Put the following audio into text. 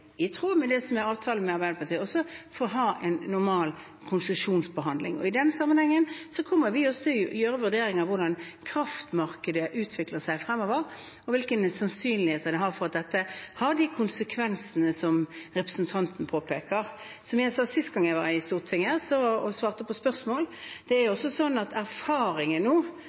i tråd med det som er avtale med Arbeiderpartiet, også ha en normal konsesjonsbehandling. I den sammenhengen kommer vi til å gjøre vurderinger av hvordan kraftmarkedet utvikler seg fremover, og hvilken sannsynlighet man har for at dette har de konsekvensene som representanten påpeker. Som jeg sa sist jeg var i Stortinget og svarte på spørsmål: Erfaringen nå er at det at